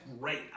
great